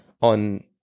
on